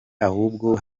ahubwo